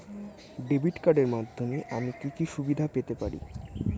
Debit কার্ডের মাধ্যমে আমি কি কি সুবিধা পেতে পারি?